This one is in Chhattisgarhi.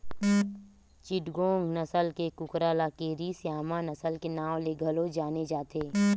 चिटगोंग नसल के कुकरा ल केरी स्यामा नसल के नांव ले घलो जाने जाथे